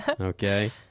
okay